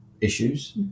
issues